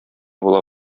була